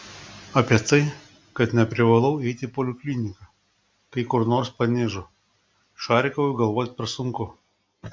apie tai kad neprivalu eiti į polikliniką kai kur nors panižo šarikovui galvoti per sunku